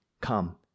come